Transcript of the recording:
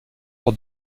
pour